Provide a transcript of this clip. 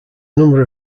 number